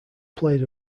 played